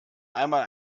einmal